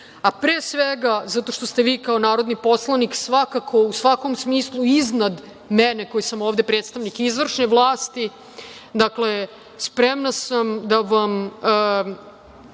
a pre svega zato što ste vi kao narodni poslanik, svakako, u svakom smislu, iznad mene koja sam ovde predstavnik izvršne vlasti. Dakle, spremna sam da vam